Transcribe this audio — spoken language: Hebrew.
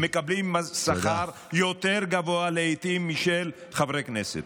לעיתים הם מקבלים שכר יותר גבוה משל חברי הכנסת.